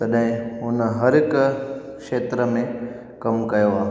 तॾहिं हुन हर हिकु खेत्र में कमु कयो आहे